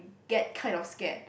get kind of scared